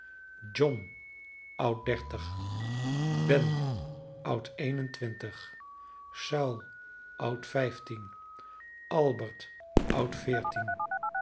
john oud dertig ben oud een-en-twintig zoo oud vijftien albert oud